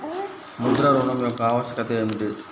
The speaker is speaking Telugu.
ముద్ర ఋణం యొక్క ఆవశ్యకత ఏమిటీ?